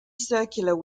circular